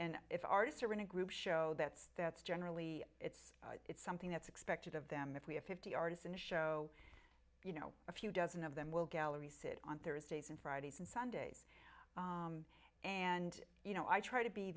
and if artists are in a group show that's that's generally it's it's something that's expected of them if we have fifty artists and a show you know a few dozen of them will gallery sit on thursdays and fridays and sundays and you know i try to be